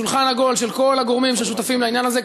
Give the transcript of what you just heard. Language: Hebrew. שולחן עגול של כל הגורמים ששותפים לעניין הזה,